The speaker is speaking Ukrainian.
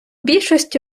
більшості